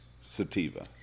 sativa